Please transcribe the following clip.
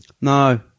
No